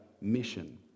mission